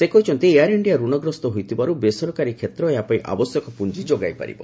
ସେ କହିଛନ୍ତି ଏୟାର୍ ଇଣ୍ଡିଆ ରଣଗ୍ରସ୍ତ ହୋଇଥିବାରୁ ବେସରକାରୀ କ୍ଷେତ୍ର ଏହା ପାଇଁ ଆବଶ୍ୟକ ପୁଞ୍ଜି ଯୋଗାଇ ପାରିବ